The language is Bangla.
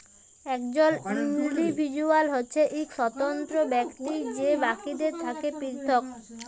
একজল ইল্ডিভিজুয়াল হছে ইক স্বতন্ত্র ব্যক্তি যে বাকিদের থ্যাকে পিরথক